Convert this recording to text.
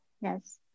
Yes